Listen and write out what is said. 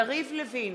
יריב לוין,